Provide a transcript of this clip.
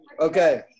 Okay